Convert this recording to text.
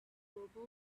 global